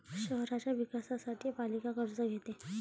शहराच्या विकासासाठी पालिका कर्ज घेते